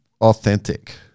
authentic